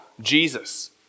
Jesus